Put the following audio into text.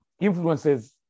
influences